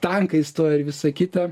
tankai stojo ir visa kita